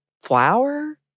flower